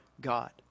God